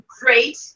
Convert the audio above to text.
great